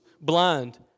blind